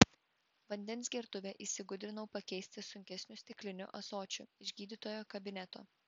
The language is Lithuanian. vandens gertuvę įsigudrinau pakeisti sunkesniu stikliniu ąsočiu iš gydytojo kabineto